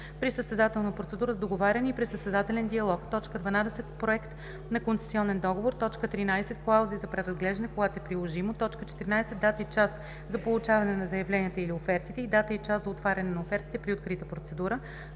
При състезателна процедура с договаряне и при състезателен диалог